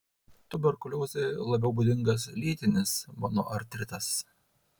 tuberkuliozei labiau būdingas lėtinis monoartritas